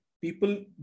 People